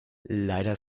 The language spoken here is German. leider